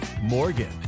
Morgan